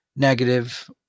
Negative